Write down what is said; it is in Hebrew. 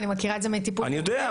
אני מכירה את זה --- אני יודע,